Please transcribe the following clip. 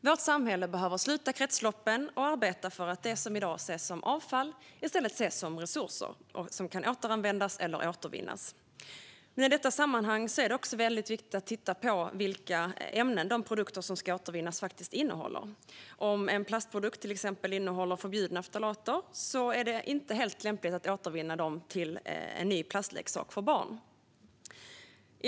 Vårt samhälle behöver sluta kretsloppen och arbeta för att det som i dag ses som avfall i stället ska ses som resurser som kan återanvändas eller återvinnas. Men i detta sammanhang är det också viktigt att titta på vilka ämnen de produkter som ska återvinnas faktiskt innehåller. Om en plastprodukt till exempel innehåller förbjudna ftalater är det inte helt lämpligt att återvinna den till en ny plastleksak för barn.